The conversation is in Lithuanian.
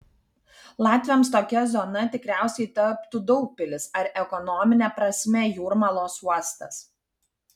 latviams tokia zona tikriausiai taptų daugpilis ar ekonomine prasme jūrmalos uostas